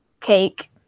Cake